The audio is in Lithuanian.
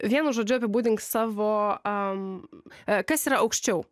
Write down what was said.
vienu žodžiu apibūdink savo am e kas yra aukščiau